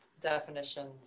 definitions